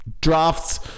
drafts